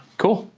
cool.